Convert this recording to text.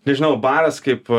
nežinau baras kaip